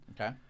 Okay